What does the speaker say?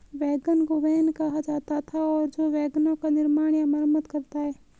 wagon को wain कहा जाता था और जो वैगनों का निर्माण या मरम्मत करता है